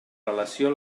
relació